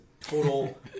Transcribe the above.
total